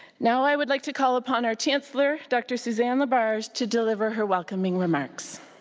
now i would like to call upon our chancellor, dr. suzanne labarge, to deliver her welcoming remarks.